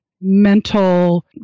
mental